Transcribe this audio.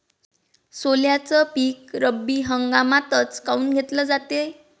सोल्याचं पीक रब्बी हंगामातच काऊन घेतलं जाते?